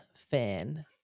fan